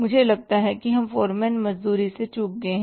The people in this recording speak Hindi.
मुझे लगता है कि हम फोरमैन मजदूरी से चूक गए हैं